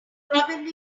probably